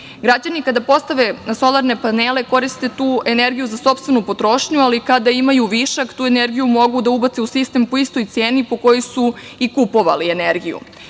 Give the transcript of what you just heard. građani postave solarne panele, koriste tu energiju za sopstvenu potrošnju, ali kada imaju višak, tu energiju mogu da ubace u sistem, po istoj ceni po kojoj su i kupovali energiju.